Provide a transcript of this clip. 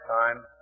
time